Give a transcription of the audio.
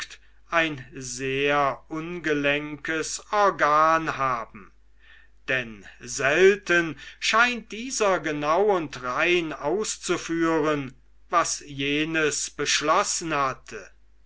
ein sehr ungelenkes organ haben denn selten scheint dieser genau und rein auszuführen was jenes beschlossen hatte